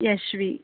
Yashvi